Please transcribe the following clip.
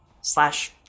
slash